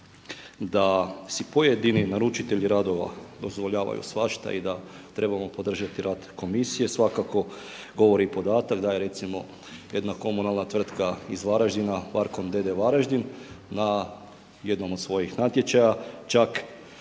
da si pojedini naručitelji radova dozvoljavaju svašta i da trebamo podržati rad Komisije svakako govori i podatak, da je recimo jedna komunalna tvrtka iz Varaždina Varkon d.d. Varaždin na jednom od svojih natječaja čak odabrao